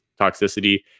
toxicity